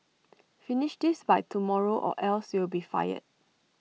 finish this by tomorrow or else you'll be fired